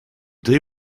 drie